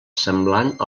semblant